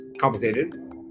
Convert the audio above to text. complicated